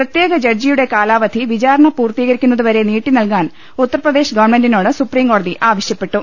പ്രത്യേക ജഡ്ജിയുടെ കാലാവധി വിചാരണ പൂർത്തീകരിക്കുന്നതുവരെ നീട്ടിനൽകാൻ ഉത്തർപ്രദേശ് ഗവൺമെന്റിനോട് സുപ്രീംകോടതി ആവശ്യപ്പെട്ടു